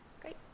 Great